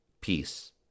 Peace